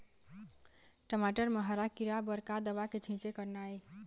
टमाटर म हरा किरा बर का दवा के छींचे करना ये?